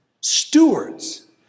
stewards